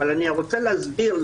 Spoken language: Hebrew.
אבל אני רוצה להסביר,